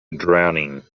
drowning